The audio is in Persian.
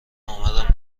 آمدم